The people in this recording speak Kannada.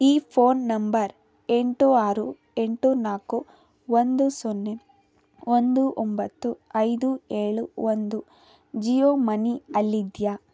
ಈ ಫೋನ್ ನಂಬರ್ ಎಂಟು ಆರು ಎಂಟು ನಾಲ್ಕು ಒಂದು ಸೊನ್ನೆ ಒಂದು ಒಂಬತ್ತು ಐದು ಏಳು ಒಂದು ಜಿಯೋ ಮನಿ ಅಲ್ಲಿದ್ಯಾ